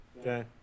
Okay